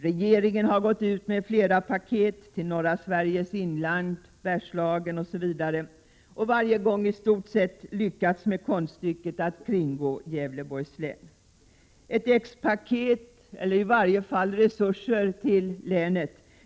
Regeringen har gått ut med flera paket avseende norra Sveriges inland, Bergslagen osv., men varje gång har man i stort sett lyckats med konststycket att kringgå Gävleborgs län.